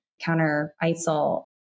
counter-ISIL